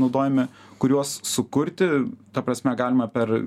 naudojami kuriuos sukurti ta prasme galima per